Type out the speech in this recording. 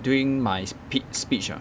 during my peak speech ah